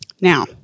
Now